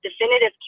definitive